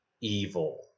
evil